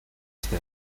este